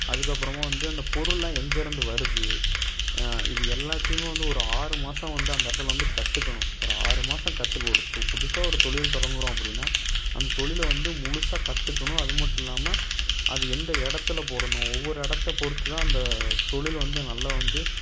அதுக்கப்புறமாக வந்து அந்த பொருள்லாம் எங்கே இருந்து வருது இது எல்லாத்தையுமே வந்து ஒரு ஆறு மாசம் வந்து அந்த இடத்துல வந்து கற்றுக்கணும் ஒரு ஆறு மாசம் கற்று ஒரு து புதுசாக ஒரு தொழில் தொடங்குறோம் அப்படின்னா அந்த தொழிலை வந்து முழுசாக கற்றுக்கணும் அது மட்டும் இல்லாமல் அது எந்த இடத்துல போடணும் ஒவ்வொரு இடத்த பொறுத்து தான் அந்த தொழில் வந்து நல்லா வந்து